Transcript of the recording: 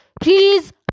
Please